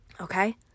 Okay